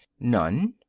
none.